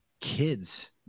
kids